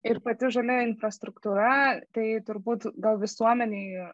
ir pati žalioji infrastruktūra tai turbūt gal visuomenėje